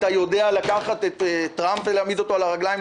אתה יכול לקחת את טראמפ ולהעמיד אותו על הרגליים,